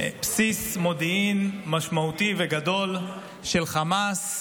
בסיס מודיעין משמעותי וגדול של החמאס,